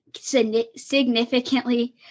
significantly